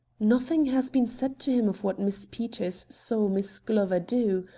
nothing has been said to him of what miss peters saw miss glover do.